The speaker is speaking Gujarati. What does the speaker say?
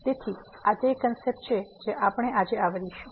તેથી આ તે કન્સેપ્ટ છે જે આપણે આજે આવરીશું